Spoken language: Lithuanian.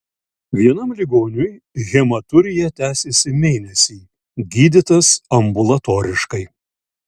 vienam ligoniui hematurija tęsėsi mėnesį gydytas ambulatoriškai